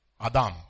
Adam